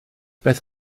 beth